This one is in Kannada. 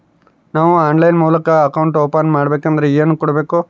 ನಾವು ಆನ್ಲೈನ್ ಮೂಲಕ ಅಕೌಂಟ್ ಓಪನ್ ಮಾಡಬೇಂಕದ್ರ ಏನು ಕೊಡಬೇಕು?